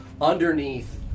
underneath